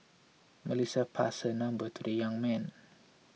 Melissa passed her number to the young man